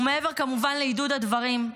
ומעבר להדהוד הדברים,